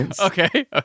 okay